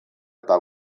eta